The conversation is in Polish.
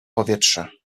powietrza